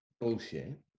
bullshit